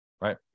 right